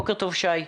בוקר טוב, שי.